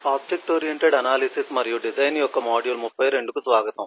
object oriented analysis మరియు design యొక్క module 32 కు స్వాగతం